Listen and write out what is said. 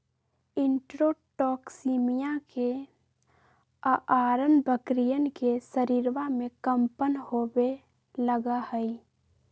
enterotoxaemia के अआरण बकरियन के शरीरवा में कम्पन होवे लगा हई